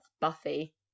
Buffy